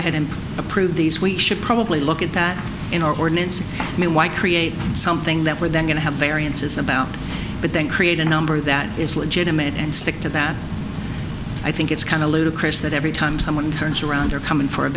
ahead and approve these we should probably look at that in our ordinance i mean why create something that we're then going to have variances about but then create a number that is legitimate and stick to that i think it's kind of ludicrous that every time someone turns around or come in for a